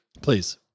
please